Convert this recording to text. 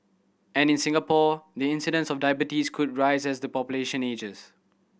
and in Singapore the incidence of diabetes could rise as the population ages